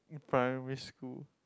primary school